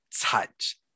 touch